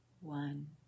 one